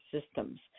systems